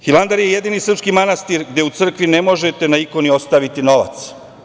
Hilandar je jedini srpski manastir gde u crkvi ne možete na ikoni ostaviti novac.